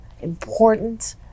important